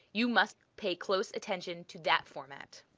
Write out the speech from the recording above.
you must pay close attention to that format.